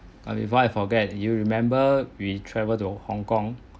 okay before I forget you remember we travel to hong kong